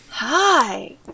Hi